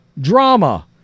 Drama